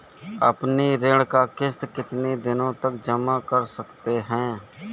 अपनी ऋण का किश्त कितनी दिनों तक जमा कर सकते हैं?